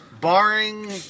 Barring